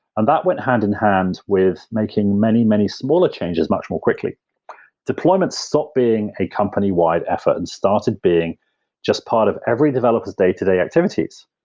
and that went hand in hand with making many, many smaller changes much more quickly deployments stop being a company-wide effort and started being just part of every developers day-to-day activities.